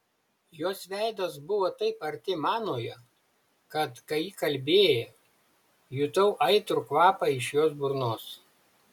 jos veidas buvo taip arti manojo kad kai ji kalbėjo jutau aitrų kvapą iš jos burnos